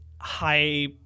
high